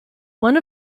one